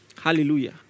Hallelujah